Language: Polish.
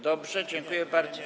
Dobrze, dziękuję bardzo.